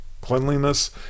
cleanliness